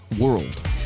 world